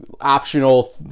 optional